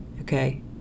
okay